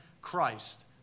Christ